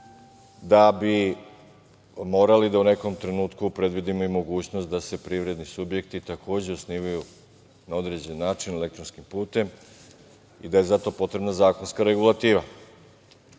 da bi morali da u nekom trenutku predvidimo i mogućnost da se privredni subjekti takođe osnivaju na određen način elektronskim putem i da je zato potrebna zakonska regulativa,